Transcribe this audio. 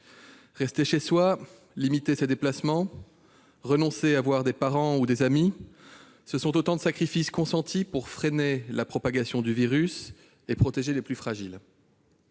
Rester chez soi, limiter ses déplacements, renoncer à voir des parents ou des amis : autant de sacrifices consentis pour freiner la propagation du virus et protéger les plus fragiles.